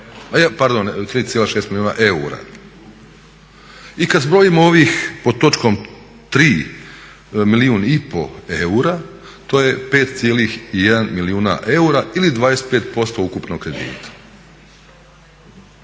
Pardon, 3,6 milijuna eura. I kad zbrojimo ovih pod točkom 3. milijun i pol eura to je 5,1 milijun eura ili 25% ukupnog kredita.